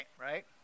Right